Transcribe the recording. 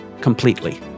completely